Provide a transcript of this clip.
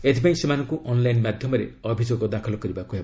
ଏଥିପାଇଁ ସେମାନଙ୍କୁ ଅନ୍ଲାଇନ ମାଧ୍ୟମରେ ଅଭିଯୋଗ ଦାଖଲ କରିବାକୁ ହେବ